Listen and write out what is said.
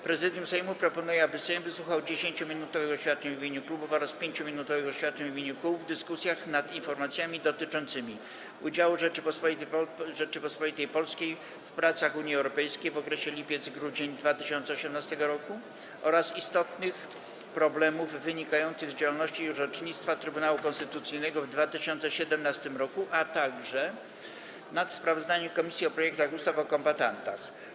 Prezydium Sejmu proponuje, aby Sejm wysłuchał 10-minutowych oświadczeń w imieniu klubów oraz 5-minutowych oświadczeń w imieniu kół w dyskusjach: - nad informacjami dotyczącymi: - udziału Rzeczypospolitej Polskiej w pracach Unii Europejskiej w okresie lipiec-grudzień 2018 r., - istotnych problemów wynikających z działalności i orzecznictwa Trybunału Konstytucyjnego w 2017 r., - nad sprawozdaniem komisji o projektach ustaw o kombatantach.